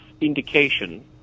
indication